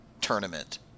tournament